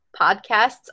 podcasts